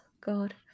God